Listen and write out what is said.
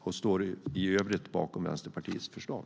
Jag står i övrigt bakom Vänsterpartiets förslag.